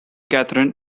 kathrine